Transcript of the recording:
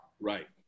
Right